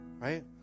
right